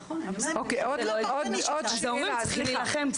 ההורים צריכים להילחם פה.